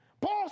Paul